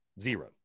Zero